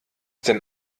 denn